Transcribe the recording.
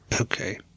Okay